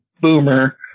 Boomer